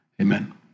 Amen